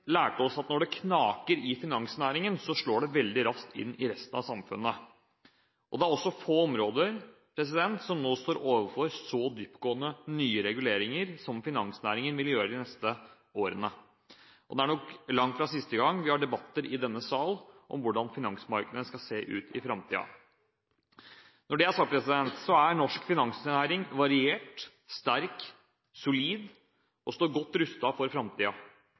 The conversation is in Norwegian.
lærte oss at når det knaker i finansnæringen, slår det veldig raskt inn i resten av samfunnet. Det er også få områder som nå står overfor så dyptgående nye reguleringer som finansnæringen vil gjøre de neste årene. Det er nok langt fra siste gang vi har debatter i denne sal om hvordan finansmarkedene skal se ut i framtiden. Når det er sagt, er norsk finansnæring variert, sterk, solid og står godt rustet for